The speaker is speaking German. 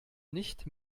nicht